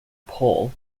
pole